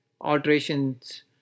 alterations